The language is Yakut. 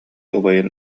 убайын